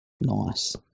Nice